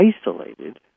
isolated